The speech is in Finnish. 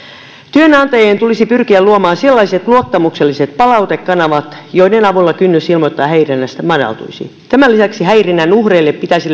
työnantajien tulisi pyrkiä luomaan sellaiset luottamukselliset palautekanavat joiden avulla kynnys ilmoittaa häirinnästä madaltuisi tämän lisäksi häirinnän uhreille pitäisi